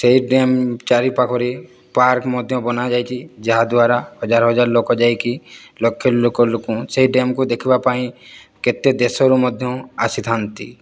ସେହି ଡ୍ୟାମ୍ ଚାରି ପାଖରେ ପାର୍କ ମଧ୍ୟ ବନାଯାଇଛି ଯାହାଦ୍ୱାରା ହଜାର ହଜାର ଲୋକ ଯାଇକି ଲକ୍ଷ ଲୋକ ସେହି ଡ୍ୟାମ୍କୁ ଦେଖିବା ପାଇଁ କେତେ ଦେଶରୁ ମଧ୍ୟ ଆସିଥାନ୍ତି